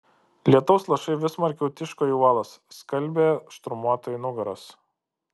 lietaus lašai vis smarkiau tiško į uolas skalbė šturmuotojų nugaras